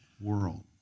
world